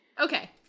Okay